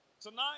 tonight